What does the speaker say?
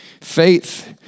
Faith